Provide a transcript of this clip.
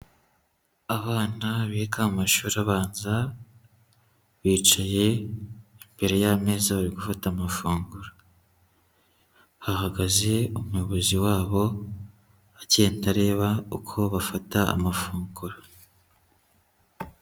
Abana biga mu mashuri abanza bicaye imbere y'ameza bari gufata amafunguro. Hahagaze umuyobozi wabo agenda areba uko bafata amafunguro.